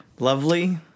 Lovely